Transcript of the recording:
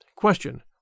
Question